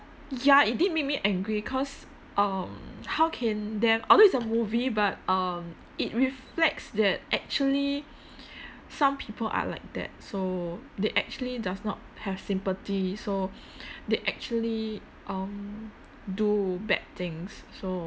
ya it did make me angry 'cause um how can them although it's a movie but um it reflects that actually some people are like that so they actually does not have sympathy so they actually um do bad things so